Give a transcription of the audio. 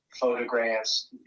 photographs